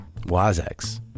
Wazex